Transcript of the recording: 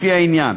לפי העניין.